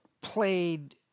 played